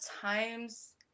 times